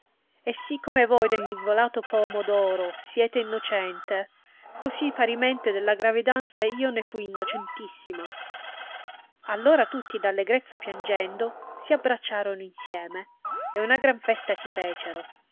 e sì come voi dell involato pomo d oro siete innocente così parimente della gravedanza io ne fui innocentissima allora tutti d'allegrezza piangendo si abbracciorono insieme e gran festa si fecero